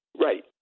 Right